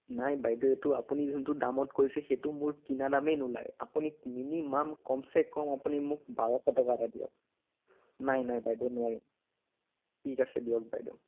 নাই বাইদেউ এইটো আপুনি যোনটো দামত কৈছে সেইটো মোৰ কিনা দামেই নোলায় আপুনি মিনিমাম কমচে কম আপুনি মোক বাৰশ টকা এটা দিয়ক নাই নাই বাইদেউ নোৱাৰিম ঠিক আছে দিয়ক বাইদেউ